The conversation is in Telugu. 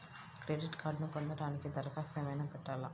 క్రెడిట్ కార్డ్ను పొందటానికి దరఖాస్తు ఏమయినా పెట్టాలా?